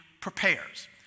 prepares